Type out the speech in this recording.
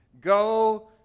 Go